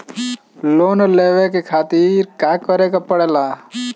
Loan लेवे के खातिर का करे के पड़ेला?